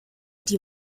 die